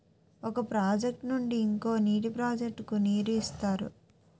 ఒక ప్రాజెక్ట్ నుండి ఇంకో నీటి ప్రాజెక్ట్ కు నీరు ఇస్తారు